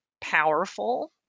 powerful